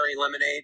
lemonade